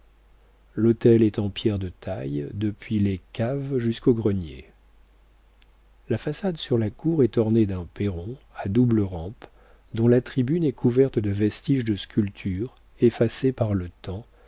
l'hôtel est en pierre de taille depuis les caves jusqu'au grenier la façade sur la cour est ornée d'un perron à double rampe dont la tribune est couverte de vestiges de sculptures effacées par le temps